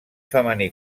femení